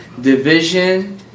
division